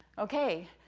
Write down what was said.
okay,